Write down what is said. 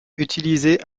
utilisait